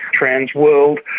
transworld.